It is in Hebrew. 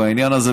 העניין הזה,